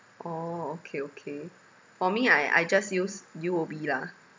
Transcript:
orh okay okay for me I I just use U_O_B lah